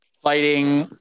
fighting